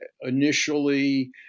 initially